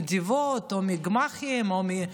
או בנדבות, או בגמ"חים.